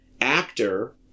actor